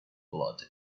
blood